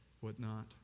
whatnot